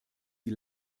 sie